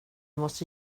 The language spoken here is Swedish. måste